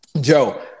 Joe